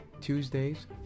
Tuesdays